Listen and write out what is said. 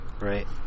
Right